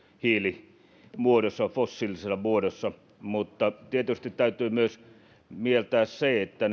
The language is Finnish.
hiilimuodossa fossiilisessa muodossa mutta tietysti täytyy myös mieltää se että